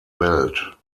welt